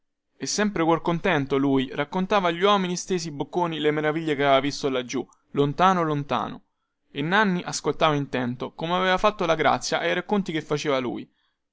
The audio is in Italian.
e sempre cuor contento lui raccontava agli uomini stesi bocconi le meraviglie che aveva visto laggiù lontano lontano e nanni ascoltava intento come aveva fatto la grazia ai racconti che faceva lui